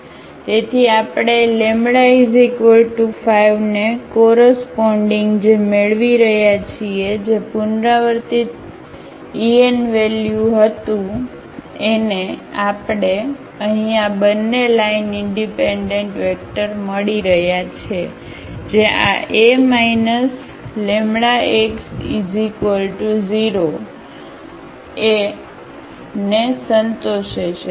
તેથી આપણે આ λ 5 ને કોરસપોન્ડીગ જે મેળવી રહ્યા છીએ જે પુનરાવર્તિત ઇએનવલ્યુ હતું અને આપણે અહીં આ બંને લાઇન ઇનડિપેન્ડન્ટ વેક્ટર મળી રહ્યાં છે જે આ એ λx 0 ને સંતોષે છે